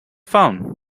phone